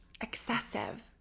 excessive